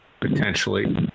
potentially